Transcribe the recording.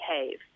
behave